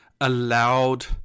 Allowed